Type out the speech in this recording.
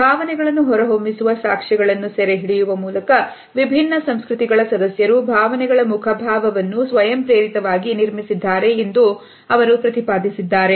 ಭಾವನೆಗಳನ್ನು ಹೊರಹೊಮ್ಮಿಸುವ ಸಾಕ್ಷ್ಯಗಳನ್ನು ಸೆರೆಹಿಡಿಯುವ ಮೂಲಕ ವಿಭಿನ್ನ ಸಂಸ್ಕೃತಿಗಳ ಸದಸ್ಯರು ಭಾವನೆಗಳ ಮುಖಭಾವವನ್ನು ಸ್ವಯಂಪ್ರೇರಿತವಾಗಿ ನಿರ್ಮಿಸಿದ್ದಾರೆ ಎಂದು ಅವರು ಪ್ರತಿಪಾದಿಸಿದ್ದಾರೆ